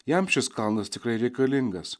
jam šis kalnas tikrai reikalingas